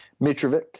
Mitrovic